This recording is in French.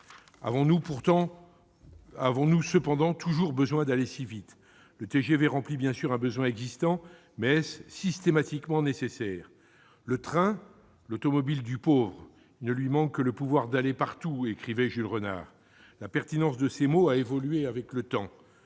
Avons-nous cependant toujours besoin d'aller si vite ? Le TGV remplit bien sûr un besoin existant, mais est-il systématiquement nécessaire ?« Le train, l'automobile du pauvre. Il ne lui manque que de pouvoir aller partout », écrivait Jules Renard. La pertinence de ces mots a évolué avec le temps.